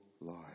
life